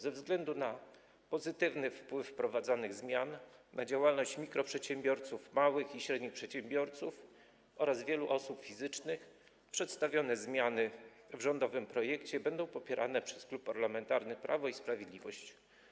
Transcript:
Ze względu na pozytywny wpływ wprowadzanych zmian na działalność mikroprzedsiębiorców, małych i średnich przedsiębiorców oraz wielu osób fizycznych przedstawione zmiany w rządowym projekcie będą popierane przez Klub Parlamentarny Prawo i Sprawiedliwość.